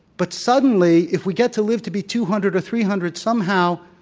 but suddenly, if we get to live to be two hundred or three hundred, somehow,